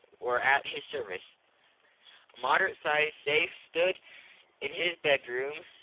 were at his service. a moderate-sized safe stood in his bedroom,